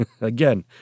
again